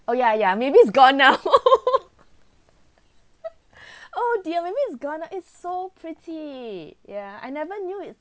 oh yeah yeah maybe it's gone now oh dear maybe it's gone it's so pretty yeah I never knew it